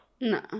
no